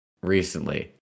recently